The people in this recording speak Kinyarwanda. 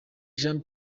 jean